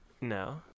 No